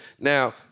Now